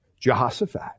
Jehoshaphat